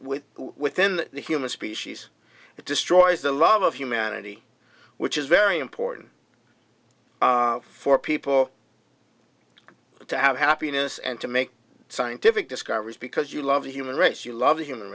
within the human species it destroys the love of humanity which is very important for people to have happiness and to make scientific discoveries because you love the human race you love the human